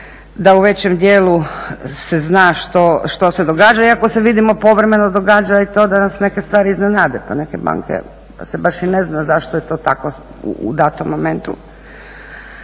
da u većem dijelu se zna što se događa iako vidimo povremeno se događa i to da nas neke stvari iznenade pa neke banke se baš i ne zna zašto je to tako u datom momentu.